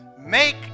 make